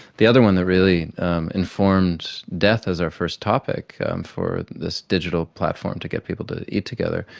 the other one that really informed death as our first topic for this digital platform to get people to eat together,